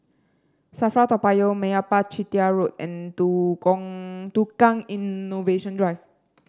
Safra Toa Payoh Meyappa Chettiar Road and Tukang Innovation Drive